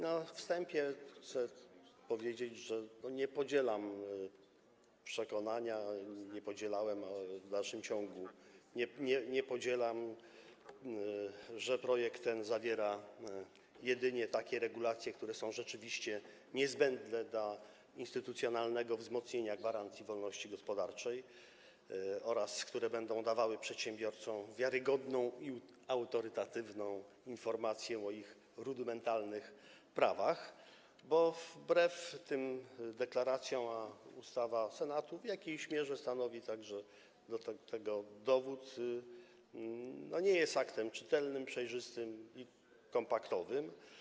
Na wstępie chcę powiedzieć, że nie podzielam przekonania - nie podzielałem i w dalszym ciągu nie podzielam - że ta ustawa zawiera jedynie takie regulacje, które rzeczywiście są niezbędne do instytucjonalnego wzmocnienia gwarancji wolności gospodarczej oraz które będą dawały przedsiębiorcom wiarygodną i autorytatywną informację o ich rudymentarnych prawach, bo wbrew tym deklaracjom - a uchwała Senatu w jakiejś mierze stanowi także tego dowód - ta ustawa nie jest aktem czytelnym, przejrzystym i kompaktowym.